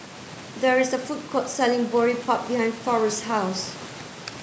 there is a food court selling Boribap behind Forest's house